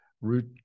root